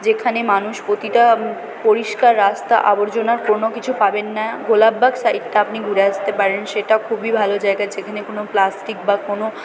যেখানে মানুষ প্রতিটা পরিষ্কার রাস্তা আবর্জনার কোনো কিছু পাবেন না গোলাপবাগ সাইটটা আপনি ঘুরে আসতে পারেন সেটা খুবই ভালো জায়গা যেখানে কোনো প্লাস্টি ক বা কোনো